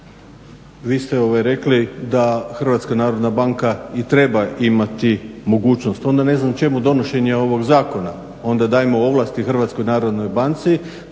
Hrvatska narodna banka